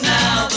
now